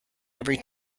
every